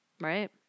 right